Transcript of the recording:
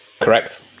Correct